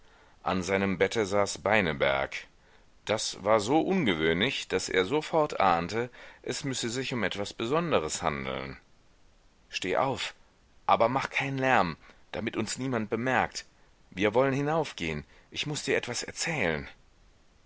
an seinem bette saß beineberg das war so ungewöhnlich daß er sofort ahnte es müsse sich um etwas besonderes handeln steh auf aber mach keinen lärm damit uns niemand bemerkt wir wollen hinaufgehen ich muß dir etwas erzählen